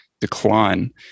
decline